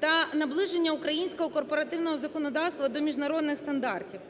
та наближення українського корпоративного законодавства до міжнародних стандартів.